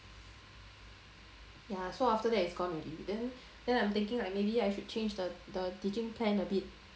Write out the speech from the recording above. ya so after that it's gone already then then I'm thinking maybe I should change the the teaching plan a bit